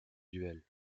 duel